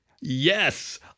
Yes